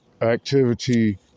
activity